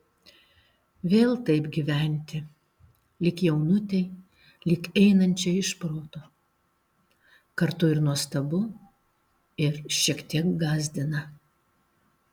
vėl taip gyventi lyg jaunutei lyg einančiai iš proto kartu ir nuostabu ir šiek tiek gąsdina